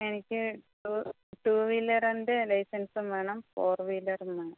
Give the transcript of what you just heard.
എനിക്ക് ടൂ ടൂവീലറിൻ്റെ ലൈസൻസും വേണം ഫോർവീലറും വേണം